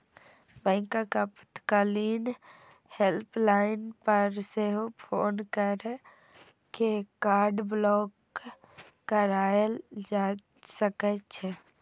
बैंकक आपातकालीन हेल्पलाइन पर सेहो फोन कैर के कार्ड ब्लॉक कराएल जा सकै छै